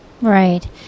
right